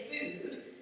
food